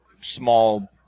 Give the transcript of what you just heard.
small